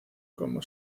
como